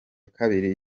kabiri